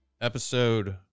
episode